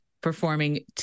performing